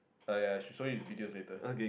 uh ya should show you videos later